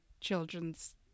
children's